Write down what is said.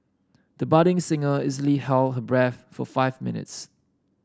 the budding singer easily held her breath for five minutes